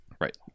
right